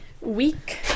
Week